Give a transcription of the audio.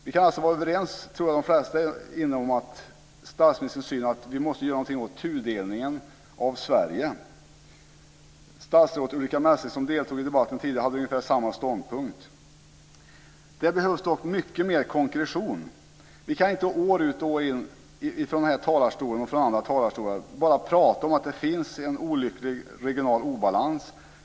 De flesta kan vara överens om, tror jag, statsministerns syn att vi måste göra något åt tudelningen av Sverige. Statsrådet Ulrica Messing, som deltog i debatten tidigare, hade ungefär samma ståndpunkt. Det behövs dock mycket mer konkretion. Vi kan inte år ut och år in från den här talarstolen och andra talarstolar bara prata om att det finns en olycklig regional obalans.